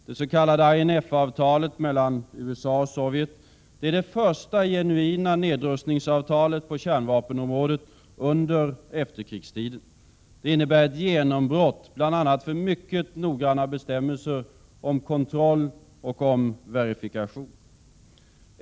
Det s.k. INF-avtalet mellan USA och Sovjet är det första genuina nedrustningsavtalet på kärnvapenområdet under efterkrigstiden. Det innebar ett genombrott bl.a. för mycket noggranna bestämmelser om kontroll och verifikation.